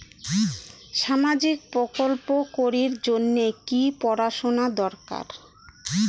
সামাজিক প্রকল্প করির জন্যে কি পড়াশুনা দরকার?